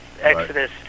Exodus